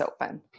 open